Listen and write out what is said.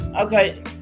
okay